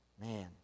man